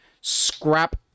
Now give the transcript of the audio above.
Scrap